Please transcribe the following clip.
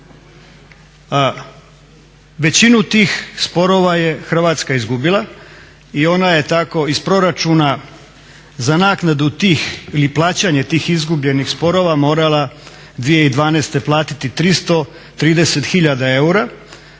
Većinu tih sporova je Hrvatska izgubila. I ona je tako iz proračuna za naknadu tih, ili plaćanje tih izgubljenih sporova morala 2012. platiti 330 hiljada